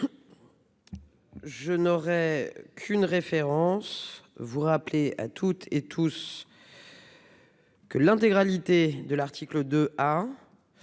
Je n'aurai qu'une référence vous rappeler à toutes et tous. Que l'intégralité de l'article 2